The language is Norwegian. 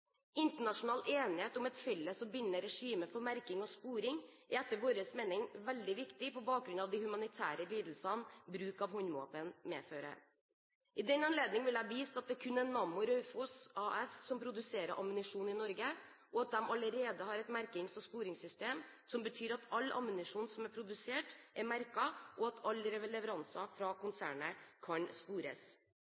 Internasjonal enighet om et felles og bindende regime for merking og sporing er etter vår mening veldig viktig på bakgrunn av de humanitære lidelsene bruk av håndvåpen medfører. I den anledning vil jeg vise til at det kun er Nammo Raufoss AS som produserer ammunisjon i Norge, og at de allerede har et merkings- og sporingssystem som betyr at all ammunisjon som er produsert, er merket, og at alle leveranser fra